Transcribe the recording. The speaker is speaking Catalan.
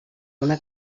una